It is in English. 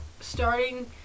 starting